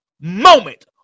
moment